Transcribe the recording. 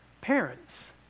parents